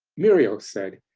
muriel said,